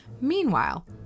Meanwhile